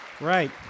Right